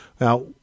Now